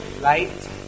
light